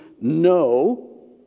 no